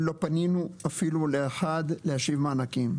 לא פנינו אפילו לאחד להשיב מענקים.